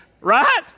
Right